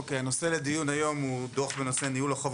הנושא לדיון היום הוא דוח בנושא: ניהול החוב